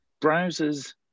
browsers